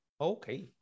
Okay